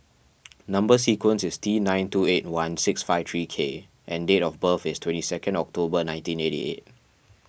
Number Sequence is T nine two eight one six five three K and date of birth is twenty second October nineteen eighty eight